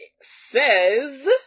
says